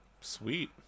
Sweet